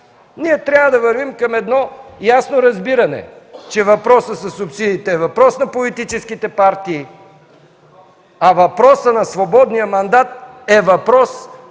Ние трябва да вървим към едно ясно разбиране, че въпросът със субсидиите е въпрос на политическите партии, а въпросът на свободния мандат е въпрос,